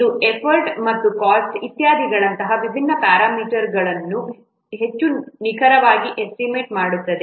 ಇದು ಎಫರ್ಟ್ ಮತ್ತು ಕಾಸ್ಟ್ ಇತ್ಯಾದಿಗಳಂತಹ ವಿಭಿನ್ನ ಪ್ಯಾರಾಮೀಟರ್ಗಳನ್ನು ಹೆಚ್ಚು ನಿಖರವಾಗಿ ಎಸ್ಟಿಮೇಟ್ ಮಾಡುತ್ತದೆ